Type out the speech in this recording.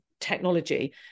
technology